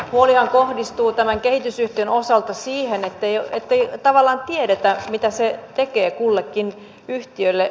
huolihan kohdistuu tämän kehitysyhtiön osalta siihen ettei tavallaan tiedetä mitä se tekee kullekin yhtiölle